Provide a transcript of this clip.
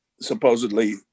supposedly